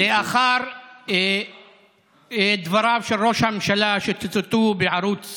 לאחר דבריו של ראש הממשלה שצוטטו בערוץ